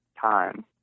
time